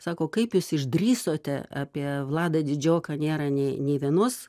sako kaip jūs išdrįsote apie vladą didžioką nėra nei nei vienos